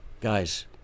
guys